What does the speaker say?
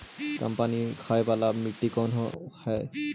कम पानी खाय वाला मिट्टी कौन हइ?